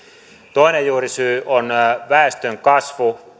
toinen juurisyy on väestönkasvu